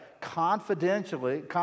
confidentially